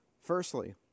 Firstly